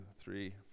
three